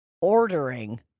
ordering